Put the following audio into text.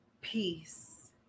peace